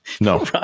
no